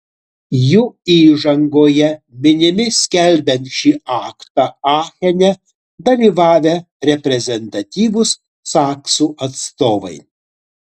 jų įžangoje minimi skelbiant šį aktą achene dalyvavę reprezentatyvūs saksų atstovai